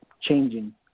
changing